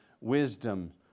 wisdom